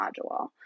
module